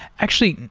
actually,